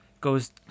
goes